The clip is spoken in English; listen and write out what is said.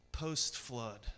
Post-flood